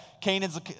Canaan's